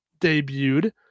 debuted